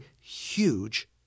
huge